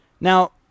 Now